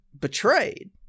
betrayed